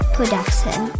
Production